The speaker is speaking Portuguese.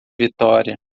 vitória